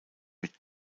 mit